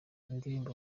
indirimbo